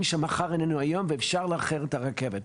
שמחר איננו היום ואי אפשר לאחר את הרכבת.